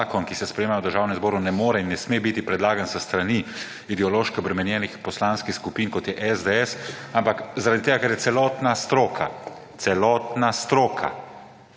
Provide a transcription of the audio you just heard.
zakon, ki se s prejema v Državnem zboru, ne more in ne sme biti predlagan s strani ideološko obremenjenih poslanskih skupin kot je SDS, ampak zaradi tega, ker je celotna stroka, celotna stroka,